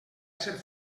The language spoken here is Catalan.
ser